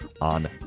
on